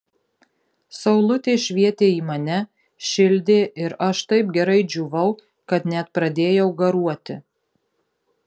saulutė švietė į mane šildė ir aš taip gerai džiūvau kad net pradėjau garuoti